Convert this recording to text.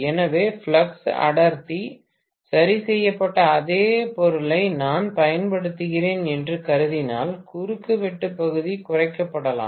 எனவே ஃப்ளக்ஸ் அடர்த்தி சரி செய்யப்பட்ட அதே பொருளை நான் பயன்படுத்துகிறேன் என்று கருதினால் குறுக்கு வெட்டு பகுதி குறைக்கப்படலாம்